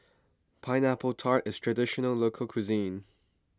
Pineapple Tart is a Traditional Local Cuisine